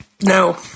No